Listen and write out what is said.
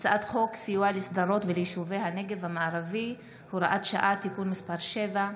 הצעת חוק סיוע לשדרות וליישובי הנגב המערבי (הוראת שעה) (תיקון מס' 7),